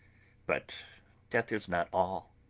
but death is not all.